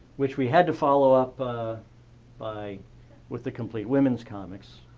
which we had to follow-up ah by with the complete wimmens's comics.